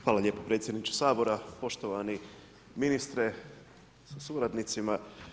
Hvala lijepo predsjedniče Sabora, poštovani ministre sa suradnicima.